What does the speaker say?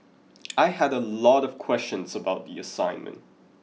I had a lot of questions about the assignment